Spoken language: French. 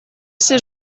c’est